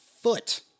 foot